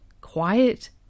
quiet